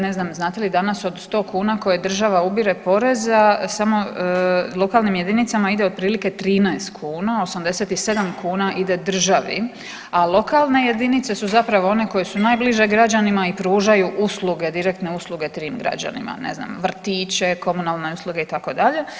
Ne znam, znate li danas od 100 kuna koje država ubire poreza samo lokalnim jedinicama ide otprilike 13 kuna, 87 kuna ide državi, a lokalne jedinice su zapravo one koje su najbliže građanima i pružaju usluge, direktne usluge tim građanima, ne znam, vrtiće, komunalne usluge itd.